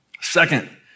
Second